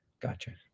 Gotcha